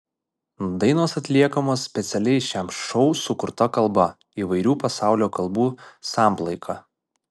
dainos atliekamos specialiai šiam šou sukurta kalba įvairių pasaulio kalbų samplaika